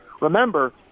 Remember